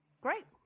Great